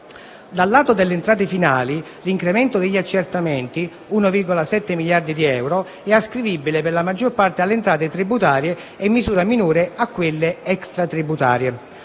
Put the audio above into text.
Dal lato delle entrate finali, l'incremento degli accertamenti (pari a 1,7 miliardi di euro) è ascrivibile per la maggior parte alle entrate tributarie e in misura minore a quelle extratributarie.